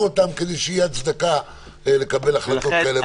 אותם כדי שתהיה הצדקה לקבל החלטות כאלה ואחרות.